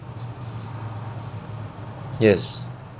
yes